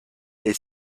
est